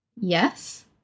Yes